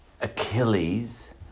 Achilles